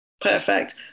Perfect